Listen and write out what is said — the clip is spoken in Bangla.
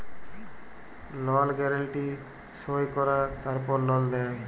লল গ্যারান্টি সই কঁরায় তারপর লল দেই